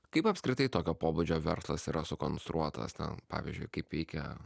kaip apskritai tokio pobūdžio verslas yra sukonstruotas ten pavyzdžiui kaip veikia